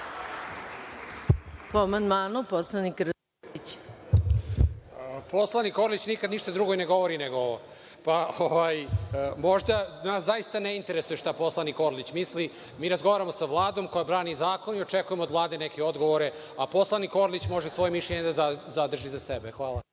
**Saša Radulović** Poslanik Orlić nikada ništa drugo i ne govori nego ovo. Možda nas zaista ne interesuje šta poslanik Orlić misli. Mi razgovaramo sa Vladom koja brani zakon i očekujemo od Vlade neke odgovore, a poslanik Orlić može svoje mišljenje da zadrži za sebe. Hvala.